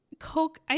coke